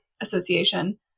association